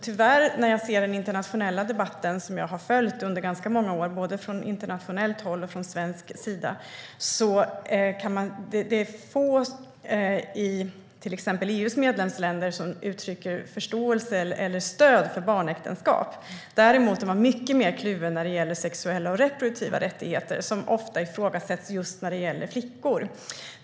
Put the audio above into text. Jag har följt den internationella debatten under ganska många år, både från internationellt håll och från svensk sida. Det är få av EU:s medlemsländer som uttrycker förståelse eller stöd för barnäktenskap. Däremot är man mycket mer kluven till sexuella och reproduktiva rättigheter som ifrågasätts just när det gäller flickor.